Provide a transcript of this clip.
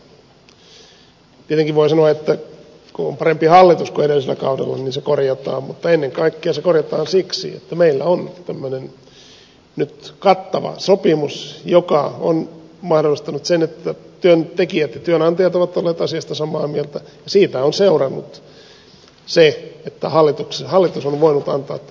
tietenkin voi sanoa että kun on parempi hallitus kuin edellisellä kaudella niin se korjataan mutta ennen kaikkea se korjataan siksi että meillä on nyt tämmöinen kattava sopimus joka on mahdollistanut sen että työntekijät ja työnantajat ovat olleet asiasta samaa mieltä ja siitä on seurannut se että hallitus on voinut antaa tämän esityksen